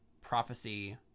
prophecy